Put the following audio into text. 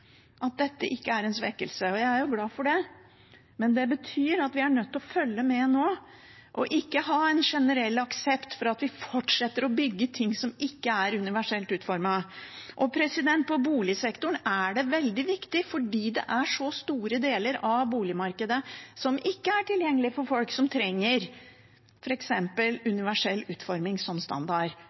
at dette ikke er en svekkelse, og jeg er jo glad for det. Men det betyr at vi er nødt til å følge med nå og ikke ha en generell aksept for at vi fortsetter å bygge ting som ikke er universelt utformet. I boligsektoren er det veldig viktig fordi det er så store deler av boligmarkedet som ikke er tilgjengelig for folk som trenger f.eks. universell utforming som standard.